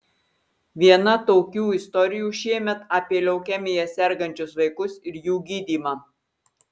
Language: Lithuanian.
viena tokių istorijų šiemet apie leukemija sergančius vaikus ir jų gydymą